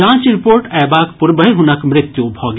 जांच रिपोर्ट अयबाक पूर्वहि हुनक मृत्यु भऽ गेल